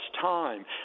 time